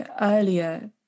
earlier